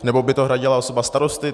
Nebo by to hradila osoba starosty?